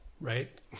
Right